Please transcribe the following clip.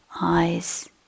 eyes